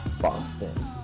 Boston